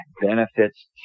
benefits